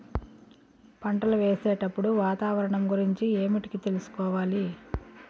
పంటలు వేసేటప్పుడు వాతావరణం గురించి ఏమిటికి తెలుసుకోవాలి?